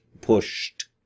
pushed